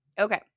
Okay